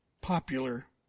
popular